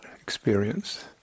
experience